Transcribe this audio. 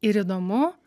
ir įdomu